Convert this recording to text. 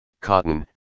cotton